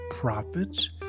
prophets